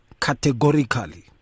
categorically